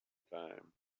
time